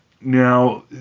now